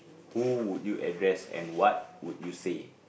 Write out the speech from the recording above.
who would you address and what would you say